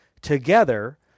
Together